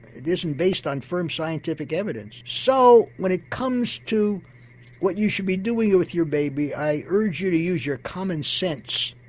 it isn't based on firm scientific evidence, so when it comes to what you should be doing with your baby i urge you to use your commonsense.